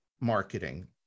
marketing